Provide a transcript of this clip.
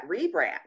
rebrand